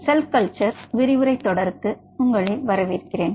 செல் culture விரிவுரை தொடருக்கு உங்களை வரவேற்கிறேன்